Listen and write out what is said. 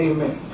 Amen